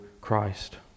Christ